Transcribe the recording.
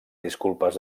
disculpes